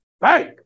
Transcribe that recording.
bank